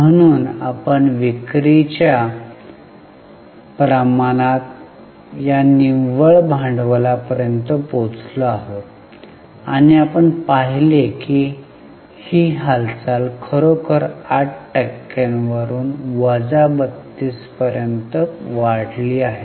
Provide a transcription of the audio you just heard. म्हणून आपण विक्री च्या प्रमाणात या निव्वळ भांडवलापर्यंत पोचलो आहोत आणि आपण पाहिले आहे की ही हालचाल खरोखर 8 टक्क्यांवरून वजा 32 पर्यंत वाढली आहे